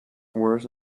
worse